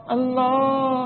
Allah